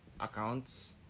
accounts